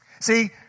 See